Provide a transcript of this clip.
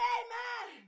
amen